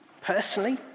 personally